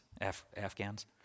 Afghans